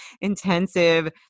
intensive